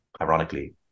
ironically